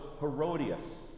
Herodias